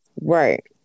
Right